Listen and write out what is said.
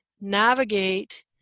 navigate